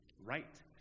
right